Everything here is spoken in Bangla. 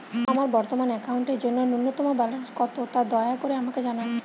আমার বর্তমান অ্যাকাউন্টের জন্য ন্যূনতম ব্যালেন্স কত তা দয়া করে আমাকে জানান